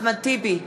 אחמד טיבי,